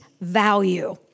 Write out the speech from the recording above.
value